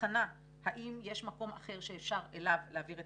בחנה האם יש מקום אחר שאפשר אליו להעביר את